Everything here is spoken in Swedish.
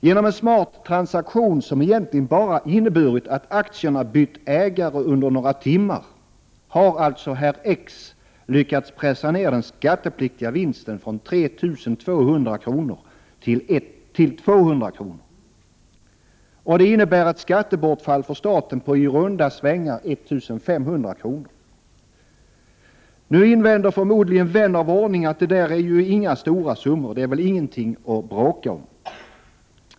Genom en smart transaktion, som egentligen bara inneburit att aktierna 135 bytt ägare under några timmar, har alltså herr X lyckats pressa ned den skattepliktiga vinsten från 3 200 kr. till 200 kr. Detta innebär ett skattebortfall för staten på i runda slängar 1 500 kr. Nu invänder förmodligen Vän av ordning att det ju inte är några stora summor — det är väl ingenting att bråka om.